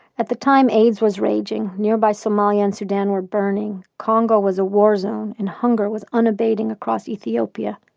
at the time, aids was raging, nearby somalia and sudan were burning, congo was a war zone and hunger was unabating across ethiopia.